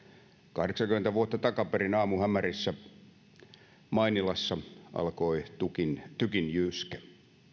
kahdeksankymmentä vuotta takaperin aamuhämärissä mainilassa alkoi tykin tykin jyske